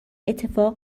اتفاق